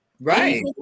Right